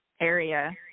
area